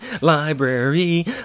library